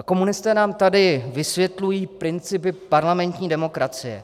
Komunisté nám tady vysvětlují principy parlamentní demokracie.